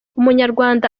umunyarwanda